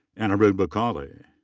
anirudh buchalli.